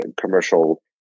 commercial